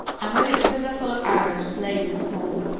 and with its quiver full of arrows was laid in the hall.